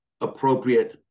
appropriate